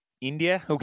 India